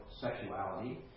sexuality